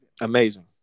Amazing